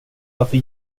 varför